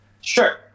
sure